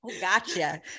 Gotcha